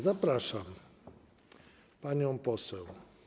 Zapraszam panią poseł.